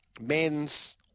men's